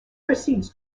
proceeds